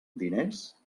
diners